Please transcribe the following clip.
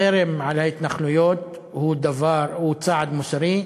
חרם על ההתנחלויות הוא צעד מוסרי.